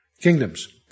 kingdoms